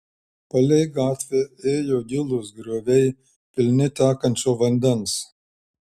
palei gatvę ėjo gilūs grioviai pilni tekančio vandens